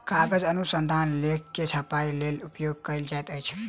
कागज अनुसंधान लेख के छपाईक लेल उपयोग कयल जाइत अछि